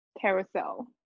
Carousel